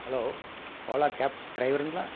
hello Ola cab டிரைவருங்களா